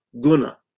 Guna